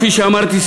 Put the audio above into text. כפי שאמרתי,